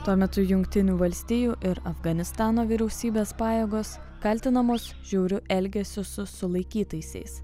tuo metu jungtinių valstijų ir afganistano vyriausybės pajėgos kaltinamos žiauriu elgesiu su sulaikytaisiais